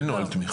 אין נוהל תמיכה.